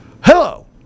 Hello